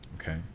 Okay